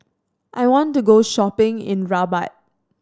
I want to go shopping in Rabat